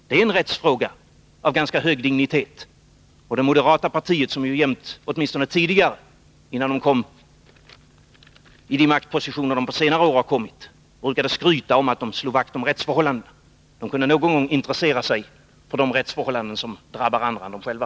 Det är en rättsfråga av ganska hög dignitet. Om det moderata partiet — som åtminstone tidigare, innan det kom i de maktpositioner som det på senare år har kommit i, brukade skryta om att det slog vakt om rättsförhållandena — någon gång kunde intressera sig för de rättsförhållanden som drabbar andra än partiet självt!